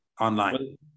online